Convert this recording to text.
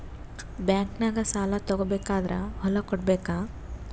ಬ್ಯಾಂಕ್ನಾಗ ಸಾಲ ತಗೋ ಬೇಕಾದ್ರ್ ಹೊಲ ಕೊಡಬೇಕಾ?